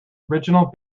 original